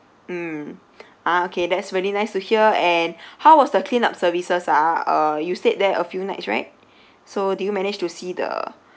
mm ah okay that's really nice to hear and how was the clean up services ah uh you stayed there a few nights right so did you manage to see the